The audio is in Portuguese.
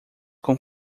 com